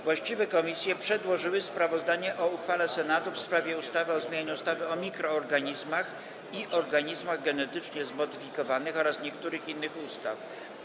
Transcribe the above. Właściwe komisje przedłożyły sprawozdanie o uchwale Senatu w sprawie ustawy o zmianie ustawy o mikroorganizmach i organizmach genetycznie zmodyfikowanych oraz niektórych innych ustaw.